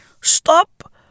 stop